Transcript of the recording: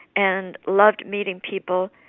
and loved meeting people,